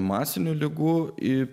masinių ligų ir